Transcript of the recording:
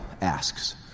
asks